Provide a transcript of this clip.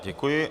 Děkuji.